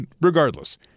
regardless